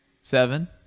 seven